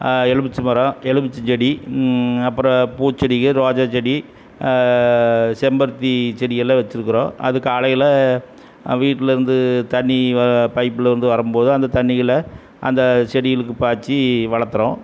எலுமிச்ச மரம் எலுமிச்சம் செடி அப்புறம் பூச்செடிங்கள் ரோஜா செடி செம்பருத்தி செடியெல்லாம் வச்சிருக்கிறோம் அது காலையில் வீட்டிலேருந்து தண்ணி பைப்லேந்து வரும்போது அந்த தண்ணிகளை அந்த செடிகளுக்கு பாய்ச்சி வளத்துகிறோம்